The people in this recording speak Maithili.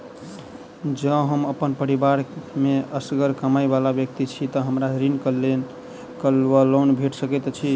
जँ हम अप्पन परिवार मे असगर कमाई वला व्यक्ति छी तऽ हमरा ऋण वा लोन भेट सकैत अछि?